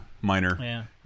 minor